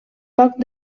poc